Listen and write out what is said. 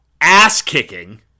ass-kicking